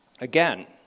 again